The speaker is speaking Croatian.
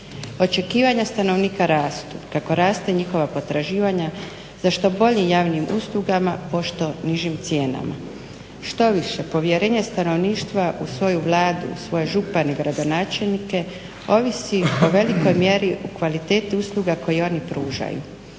Očekivanja stanovnika rasu kako raste njihova potraživanja za što boljim javnim uslugama pošto nižim cijenama. Štoviše povjerenje stanovništva u svoju Vladu u svoje župane i gradonačelnik ovisi o velikoj mjeri u kvaliteti usluga koje oni pružaju.